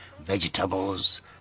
vegetables